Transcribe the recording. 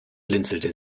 blinzelte